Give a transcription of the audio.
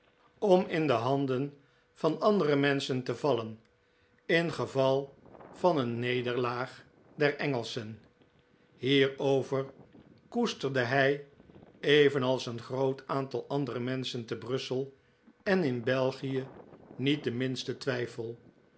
om in de handen van andcre mcnschen te vallen in geval van een nederlaag der engelschen hierover koesterde hij evenals een groot aantal anderc menschen te brussel en in belgie niet den minsten twijfel